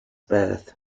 birth